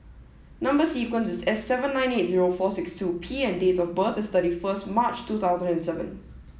number sequence is S seven nine eight zero four six two P and date of birth is thirty first March two thousand and seven